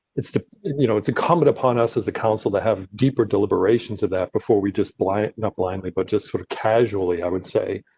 it's you know it's incumbent upon us as a council that have deeper deliberations of that before we just blind blindly, but just sort of casually. i would say.